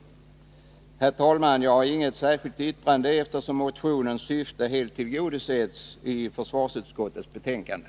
Herr talman! Jag har inget yrkande, eftersom motionens syfte helt tillgodoses i försvarsutskottets betänkande.